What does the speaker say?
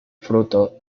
fruto